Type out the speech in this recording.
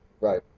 Right